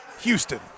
Houston